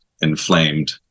inflamed